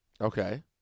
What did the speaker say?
Okay